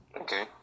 Okay